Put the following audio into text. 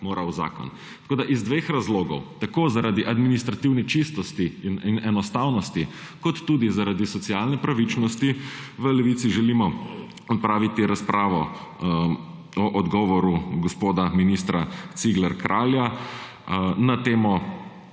mora v zakon. Iz dveh razlogov, tako zaradi administrativne čistosti in enostavnosti kot tudi zaradi socialne pravičnosti v Levici želimo opraviti razpravo o odgovoru gospoda ministra Ciglerja Kralja na temo